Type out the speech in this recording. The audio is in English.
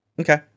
Okay